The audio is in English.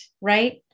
Right